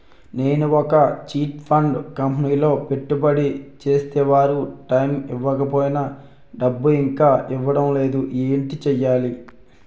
నేను ఒక chit fund కంపెనీలో పెట్టుబడి చేస్తే వారు టైమ్ ఇవ్వకపోయినా డబ్బు ఇంకా ఇవ్వడం లేదు ఏంటి చేయాలి?